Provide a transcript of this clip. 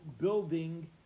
building